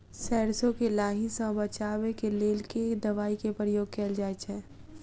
सैरसो केँ लाही सऽ बचाब केँ लेल केँ दवाई केँ प्रयोग कैल जाएँ छैय?